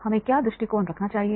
हमें क्या दृष्टिकोण रखना चाहिए